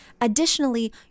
additionally